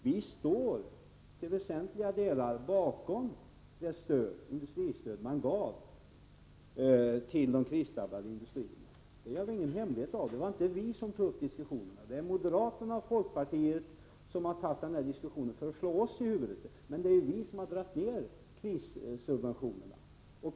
Vi står till väsentliga delar bakom det industristöd man gav till de krisdrabbade industrierna — det gör vi ingen hemlighet av. Det var inte vi som tog upp diskussionerna. Det är moderaterna och folkpartiet som har tagit upp denna diskussion för att slå oss i huvudet, men det är ju vi som har dragit ner krissubventionerna.